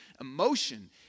emotion